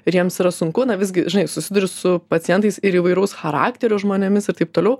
ir jiems yra sunku na visgi žinai susiduri su pacientais ir įvairaus charakterio žmonėmis ir taip toliau